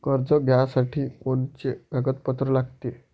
कर्ज घ्यासाठी कोनचे कागदपत्र लागते?